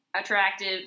attractive